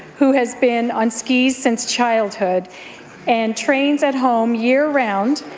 who has been on skis since childhood and trains at home year-round,